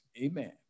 amen